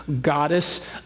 goddess